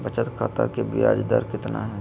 बचत खाता के बियाज दर कितना है?